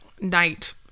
night